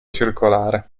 circolare